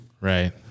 Right